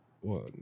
one